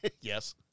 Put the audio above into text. Yes